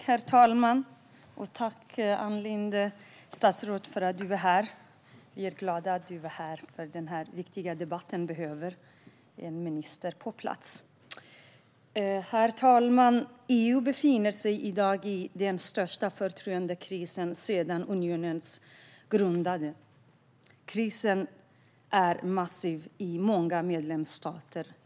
Herr talman! Jag tackar dig, statsrådet Ann Linde, för att du är här. Vi är glada över att du är här. Det behövs en minister på plats i denna viktiga debatt. Herr talman! EU befinner sig i dag i den största förtroendekrisen sedan unionen grundades. Krisen är massiv i många medlemsstater.